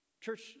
Church